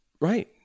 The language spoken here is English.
Right